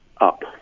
up